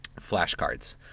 flashcards